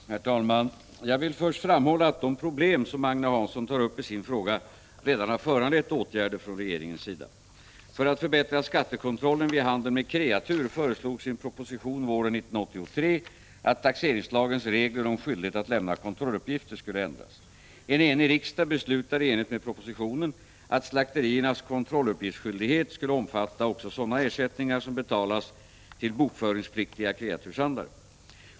Herr talman! Jag vill först framhålla att de problem som Agne Hansson tar upp i sin fråga redan har föranlett åtgärder från regeringens sida. För att förbättra skattekontrollen vid handeln med kreatur föreslogs i en proposition våren 1983 .